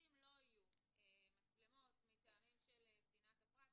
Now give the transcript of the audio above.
בשירותים לא יהיו מצלמות מטעמים של צנעת הפרט,